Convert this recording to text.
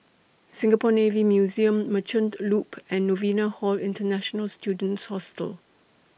Singapore Navy Museum Merchant Loop and Novena Hall International Students Hostel